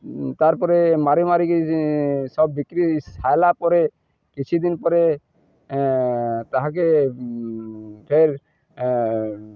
ତାର୍ ପରେ ମାରି ମାରିକି ସବ ବିକ୍ରି ସାଇଲା ପରେ କିଛି ଦିନ ପରେ ତାହାକେ ଫେର୍